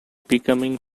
becoming